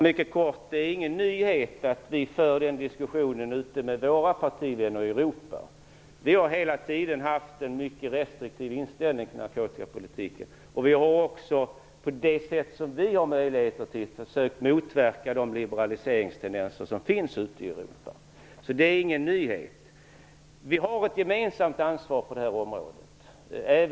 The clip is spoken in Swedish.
Herr talman! Det är ingen nyhet att vi för den diskussionen med våra partivänner i Europa. Vi har hela tiden haft en mycket restriktiv inställning till narkotikapolitiken, och vi har också på det sätt som vi har möjlighet till försökt motverka de liberaliseringstendenser som finns ute i Europa. Det är ingen nyhet. Vi har ett gemensamt ansvar på det här området.